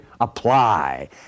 apply